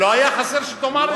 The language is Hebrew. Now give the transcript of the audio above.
לא היה חסר שתאמר את זה.